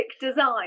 design